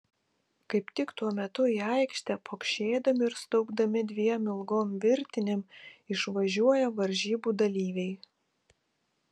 kaip tik tuo metu į aikštę pokšėdami ir staugdami dviem ilgom virtinėm išvažiuoja varžybų dalyviai